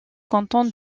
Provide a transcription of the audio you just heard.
canton